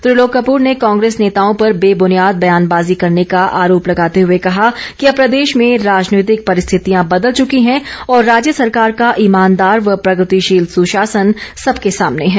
त्रिलोक कप्र ने कांग्रेस नेताओं पर बेबनियाद बयानबाजी करने का आरोप लगाते हुए कहा कि अब प्रदेश में राजनीतिक परिस्थितियां बदल चुकी हैं और राज्य सरकार का ईमानदार व प्रगतिशील सुशासन सबके सामने हैं